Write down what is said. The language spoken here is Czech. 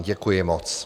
Děkuji moc.